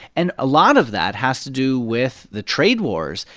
and a lot of that has to do with the trade wars.